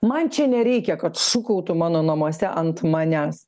man čia nereikia kad šūkautų mano namuose ant manęs